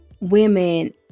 women